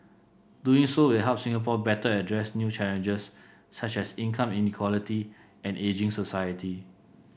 doing so will help Singapore better address new challenges such as income inequality and ageing society